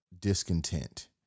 discontent